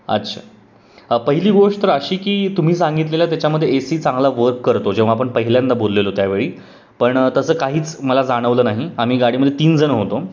अच्छा पहिली गोष्ट तर अशी की तुम्ही सांगितलेलं त्याच्यामध्ये ए सी चांगला वर्क करतो जेव्हा आपण पहिल्यांदा बोललेलो त्यावेळी पण तसं काहीच मला जाणवलं नाही आम्ही गाडीमध्ये तीन जणं होतो